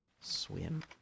Swim